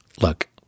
Look